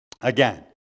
Again